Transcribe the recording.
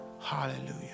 Hallelujah